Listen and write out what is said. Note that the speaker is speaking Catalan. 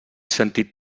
sentit